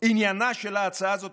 עניינה של ההצעה הזאת,